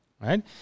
right